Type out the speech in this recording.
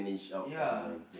ya